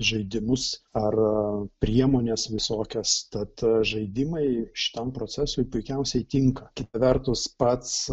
žaidimus ar priemones visokias tad žaidimai šitam procesui puikiausiai tinka kita vertus pats